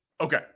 Okay